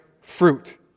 fruit